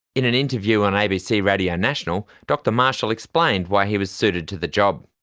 in an interview on abc radio national, dr marshall explained why he was suited to the job.